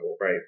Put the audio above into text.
right